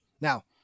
Now